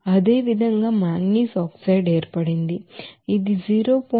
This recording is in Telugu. అదేవిధంగా మాంగనీస్ ఆక్సైడ్ ఏర్పడింది ఇది 0